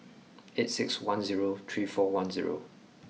eight six one zero three four one zero